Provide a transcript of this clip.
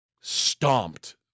stomped